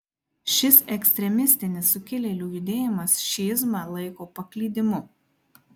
šis ekstremistinis sukilėlių judėjimas šiizmą laiko paklydimu